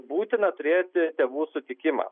būtina turėti tėvų sutikimą